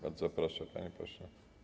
Bardzo proszę, panie pośle.